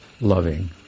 loving